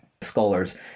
scholars